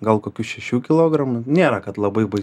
gal kokių šešių kilogramų nėra kad labai bai